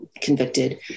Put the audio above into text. convicted